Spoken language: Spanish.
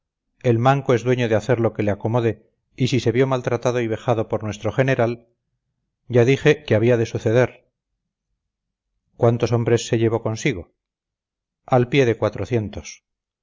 el manco es dueño de hacer lo que le acomode y si se vio maltratado y vejado por nuestro general ya dije que había de suceder cuántos hombres se llevó consigo al pie de cuatrocientos